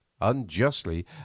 unjustly